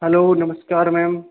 hello नमस्कार ma'am